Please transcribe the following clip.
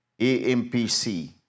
AMPC